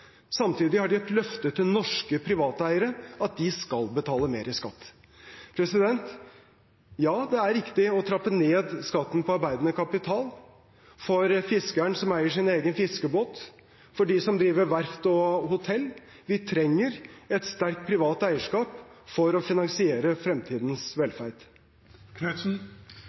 Samtidig har de gitt et løfte til norske private eiere om at de skal betale mer i skatt. Ja, det er riktig å trappe ned skatten på arbeidende kapital for fiskeren som eier sin egen fiskebåt, for dem som driver verft og hotell. Vi trenger et sterkt privat eierskap for å finansiere fremtidens